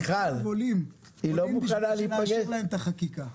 אבל --- בשביל לאשר להם את החקיקה.